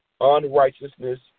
unrighteousness